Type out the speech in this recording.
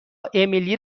امیلی